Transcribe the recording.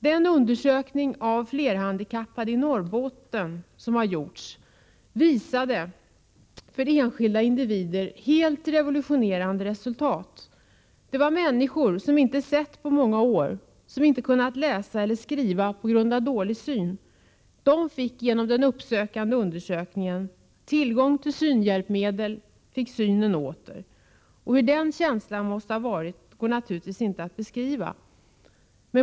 Den undersökning som har gjorts av flerhandikappade i Norrbotten visade för enskilda individer helt revolutionerande resultat. Människor som inte sett på många år, som inte kunnat läsa eller skriva på grund av dålig syn, fick genom den uppsökande undersökningen tillgång till synhjälpmedel — och fick synen åter. Hur det måste ha känts går naturligtvis inte att beskriva.